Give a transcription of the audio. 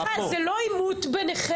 סליחה, זה לא עימות ביניכם.